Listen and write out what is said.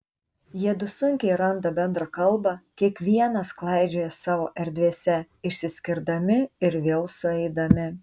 jiedu sunkiai randa bendrą kalbą kiekvienas klaidžioja savo erdvėse išsiskirdami ir vėl sueidami